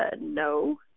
no